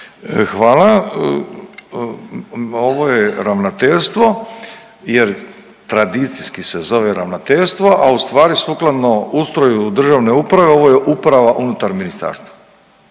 Hvala. Ovo je ravnateljstvo jer tradicijski se zove ravnateljstvo, a ustvari sukladno ustroju državne uprave ovo je uprava unutar ministarstva